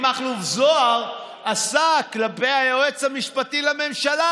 מכלוף זוהר עשה כלפי היועץ המשפטי לממשלה,